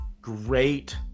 great